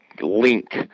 link